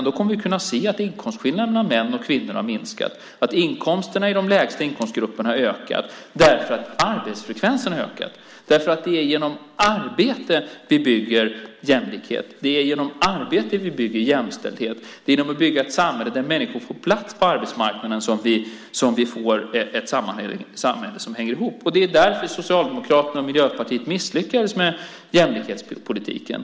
Då kommer vi att kunna se att inkomstskillnaden mellan män och kvinnor har minskat och att inkomsterna i de lägsta inkomstgrupperna har ökat för att arbetsfrekvensen har ökat. Det är genom arbete vi bygger jämlikhet. Det är genom arbete vi bygger jämställdhet. Det är genom att bygga ett samhälle där människor får plats på arbetsmarknaden som vi får ett samhälle som hänger ihop. Det är därför som Socialdemokraterna och Miljöpartiet misslyckades med jämlikhetspolitiken.